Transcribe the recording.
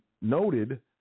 noted